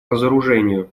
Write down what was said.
разоружению